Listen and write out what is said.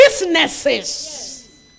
businesses